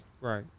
Right